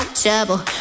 trouble